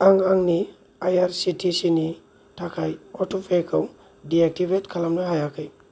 आं आंनि I R C T C नि थाखाय अट'पेखौ दिएक्टिभेट खालामनो हायाखै